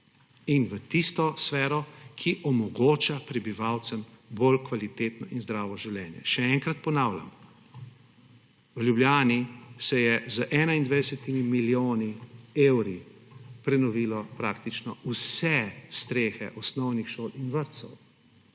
in v tisto sfero, ki omogoča prebivalcem bolj kvalitetno in zdravo življenje. Še enkrat ponavljam, v Ljubljani se je z 21 milijoni evrov prenovilo praktično vse strehe osnovnih šol in vrtcev,